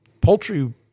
poultry